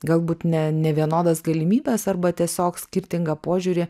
galbūt ne nevienodas galimybes arba tiesiog skirtingą požiūrį